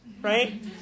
Right